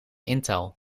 intel